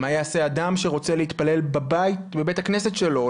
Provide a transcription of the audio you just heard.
מה יעשה אדם שרוצה להתפלל בבית הכנסת שלו,